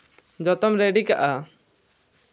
ᱡᱚᱛᱚᱢ ᱨᱮᱰᱤ ᱠᱟᱜᱼᱟ